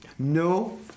No